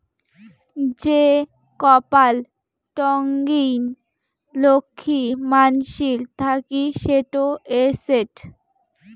যে কপাল টঙ্নি লক্ষী মানসির থাকি সেটো এসেট